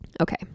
Okay